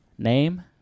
Name